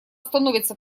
становится